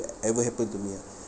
like ever happen to me ah